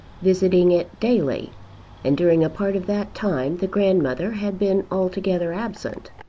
visiting it daily and during a part of that time the grandmother had been altogether absent.